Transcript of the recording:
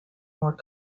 more